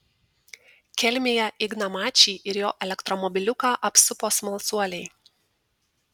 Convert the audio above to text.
kelmėje igną mačį ir jo elektromobiliuką apsupo smalsuoliai